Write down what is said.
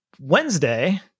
Wednesday